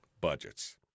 Budgets